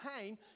pain